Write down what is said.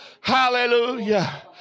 Hallelujah